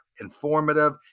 informative